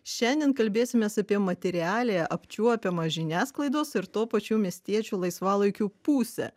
šiandien kalbėsimės apie materialią apčiuopiamą žiniasklaidos ir tuo pačiu miestiečių laisvalaikių pusę